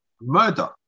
murder